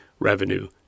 revenue